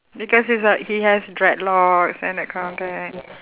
because it's like he has dreadlocks and that kind of thing